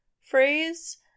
phrase